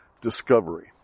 discovery